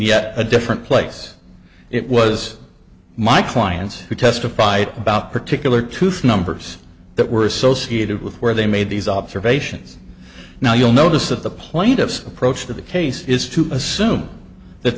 yet a different place it was my clients who testified about particular tooth numbers that were associated with where they made these observations now you'll notice that the plaintiff's approach to the case is to assume that